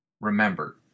Remember